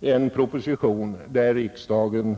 till en proposition i frågan.